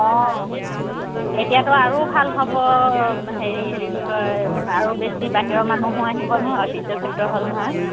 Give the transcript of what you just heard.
অঁ এতিয়াতো আৰু ভাল হ'ব হেৰি হেৰি কি কয় আৰু বেছি বাহিৰৰ মানুহো আহিব নহয় ঐতিহ্য ক্ষেত্ৰ হ'ল নহয়